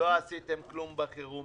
לא עשיתם כלום בחירום.